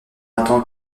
attend